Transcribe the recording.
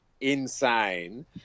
insane